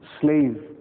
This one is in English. slave